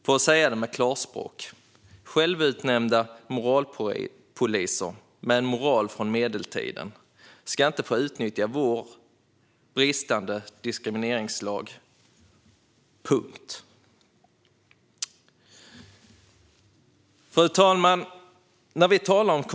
För att tala klarspråk: Självutnämnda moralpoliser med en moral från medeltiden ska inte få utnyttja vår bristande diskrimineringslag - punkt. Fru talman!